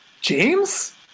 James